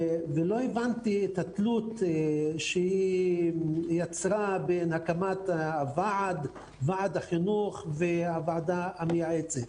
ולא הבנתי את התלות שהיא יצרה בין הקמת ועד החינוך והוועדה המייעצת.